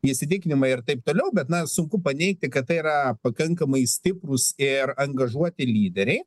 įsitikinimai ir taip toliau bet na sunku paneigti kad tai yra pakankamai stiprūs ir angažuoti lyderiai